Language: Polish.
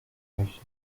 myśli